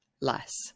less